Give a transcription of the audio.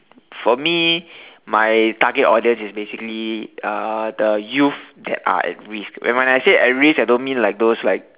for me my target audience is basically uh the youth that are at risk and when I say at risk I don't mean like those like